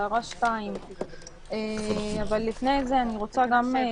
הערה 2. אבל לפני זה אני רוצה להגיב